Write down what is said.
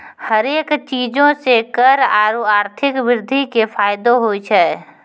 हरेक चीजो से कर आरु आर्थिक वृद्धि के फायदो होय छै